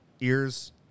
Ears